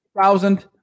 Thousand